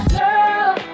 girl